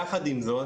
יחד עם זאת